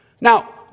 Now